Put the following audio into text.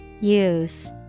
use